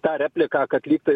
tą repliką kad lyg tai